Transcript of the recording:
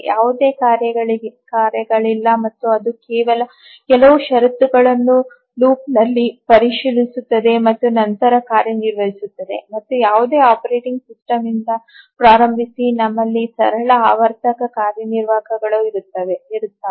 ಯಾವುದೇ ಕಾರ್ಯಗಳಿಲ್ಲ ಮತ್ತು ಅದು ಕೇವಲ ಕೆಲವು ಷರತ್ತುಗಳನ್ನು ಲೂಪ್ನಲ್ಲಿ ಪರಿಶೀಲಿಸುತ್ತದೆ ಮತ್ತು ನಂತರ ಕಾರ್ಯನಿರ್ವಹಿಸುತ್ತದೆ ಮತ್ತು ಯಾವುದೇ ಆಪರೇಟಿಂಗ್ ಸಿಸ್ಟಮ್ನಿಂದ ಪ್ರಾರಂಭಿಸಿ ನಮ್ಮಲ್ಲಿ ಸರಳ ಆವರ್ತಕ ಕಾರ್ಯನಿರ್ವಾಹಕರು ಇರುತ್ತಾರೆ